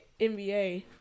NBA